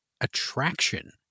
attraction